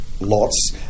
lots